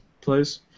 please